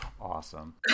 Awesome